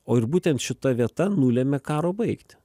o ir būtent šita vieta nulemia karo baigtį